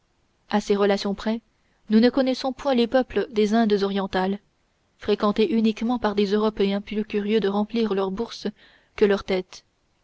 à ces relations près nous ne connaissons point les peuples des indes orientales fréquentées uniquement par des européens plus curieux de remplir leurs bourses que leurs têtes